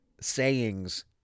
sayings